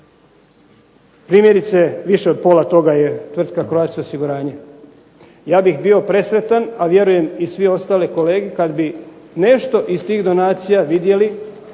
Primjerice više od pola toga je tvrtka Croatia osiguranje. Ja bih bio presretan a vjerujem i sve ostale kolege kada bi nešto iz tih donacija vidjeli